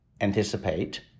anticipate